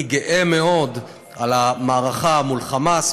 אני גאה מאוד על המערכה מול "חמאס",